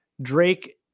Drake